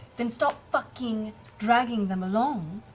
then stop fucking dragging them along,